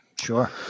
sure